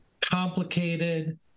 complicated